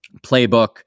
playbook